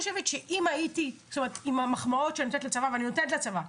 עם המחמאות שאני נותנת לצבא ואני נותנת לצבא,